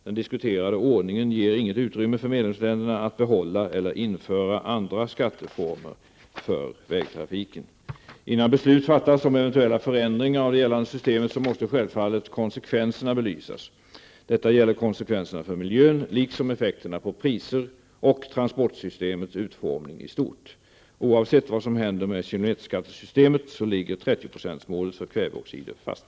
Den diskuterade ordningen ger inget utrymme för medlemsländerna att behålla eller införa andra skatteformer för vägtrafiken. Innan beslut fattas om eventuella förändringar av det gällande systemet måste självfallet konsekvenserna belysas. Detta gäller konsekvenserna för miljön liksom effekterna på priser och transportsystemets utformning i stort. Oavsett vad som händer med kilometerskattesystemet ligger 30-procentsmålet för kväveoxider fast.